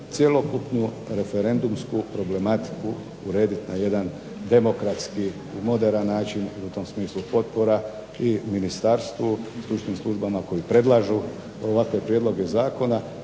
cjelokupnu referendumsku problematiku urediti na jedan demokratski, moderan način. I u tom smislu potpora i ministarstvu i stručnim službama koji predlažu ovakve prijedloge zakona.